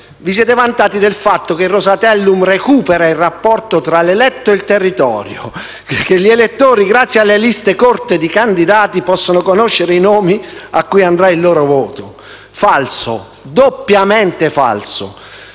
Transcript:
Vi siete vantati del fatto che il Rosatellum recupera il rapporto fra eletto e territorio, che gli elettori, grazie alle liste corte di candidati, possono conoscere i nomi a cui andrà il loro voto. Falso! Doppiamente falso!